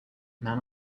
man